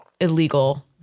illegal